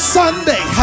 sunday